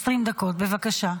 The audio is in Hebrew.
דקות, בבקשה.